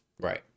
Right